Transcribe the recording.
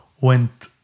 went